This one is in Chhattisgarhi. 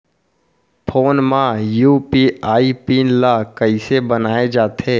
फोन म यू.पी.आई पिन ल कइसे बनाये जाथे?